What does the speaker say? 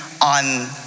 on